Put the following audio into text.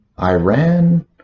Iran